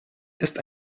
ist